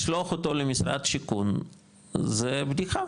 לשלוח אותו למשרד השיכון זה בדיחה,